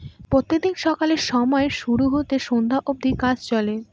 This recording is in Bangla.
প্রত্যেক দিন সকালের সময় শুরু হয় সন্ধ্যা অব্দি কাজ চলে